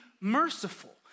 merciful